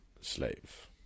slave